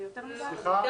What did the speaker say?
זה יותר מדי.